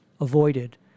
avoided